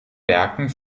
werken